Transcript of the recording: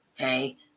okay